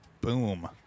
Boom